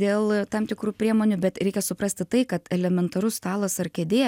dėl tam tikrų priemonių bet reikia suprasti tai kad elementarus stalas ar kėdė